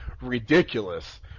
ridiculous